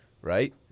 right